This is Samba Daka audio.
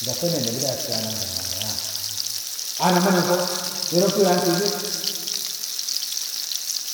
Ga penden neebudan iya keyananga anakmananso needon keran tebe